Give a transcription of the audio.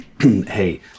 hey